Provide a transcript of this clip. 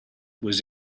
was